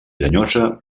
llenyosa